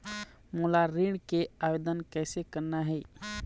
मोला ऋण के आवेदन कैसे करना हे?